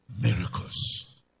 miracles